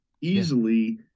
easily